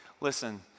Listen